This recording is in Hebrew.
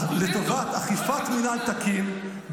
לטובת אכיפת מינהל תקין,